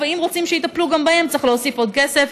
ואם רוצים שיטפלו גם להן צריך להוסיף עוד כסף,